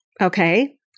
Okay